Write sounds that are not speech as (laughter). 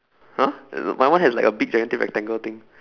!huh! (noise) my one has like a big gigantic rectangle thing